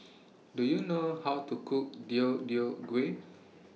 Do YOU know How to Cook Deodeok Gui